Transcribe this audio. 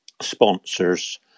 sponsors